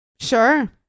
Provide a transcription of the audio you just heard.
Sure